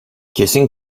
kesin